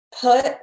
put